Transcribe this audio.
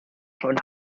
schon